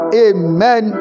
amen